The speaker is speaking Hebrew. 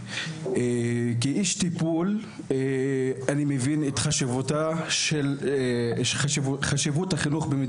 כאיש טיפול, אני מבין את החשיבות של נושא החינוך.